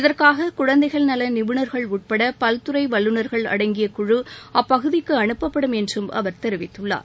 இதற்காக குழந்தைகள் நல நிபுணர்கள் உட்பட பல்துறை வல்லுநர்கள் அடங்கிய குழு அப்பகுதிக்கு அனுப்பப்படும் என்றும் அவர் தெரிவித்துள்ளார்